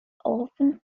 often